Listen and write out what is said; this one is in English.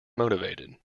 motivated